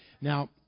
Now